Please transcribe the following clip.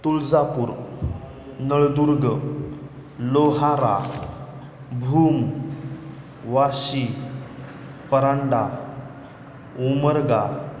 Tuljapur Naldurg Lohara Bhum Washi Paranda Umarga